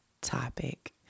topic